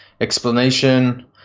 explanation